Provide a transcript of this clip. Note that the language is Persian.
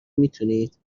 میتونید